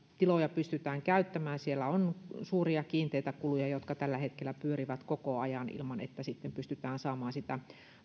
tiloja pystytään käyttämään siellä on suuria kiinteitä kuluja jotka tällä hetkellä pyörivät koko ajan ilman että pystytään saamaan sitä